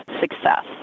success